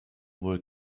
wohl